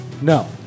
No